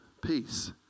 peace